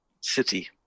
city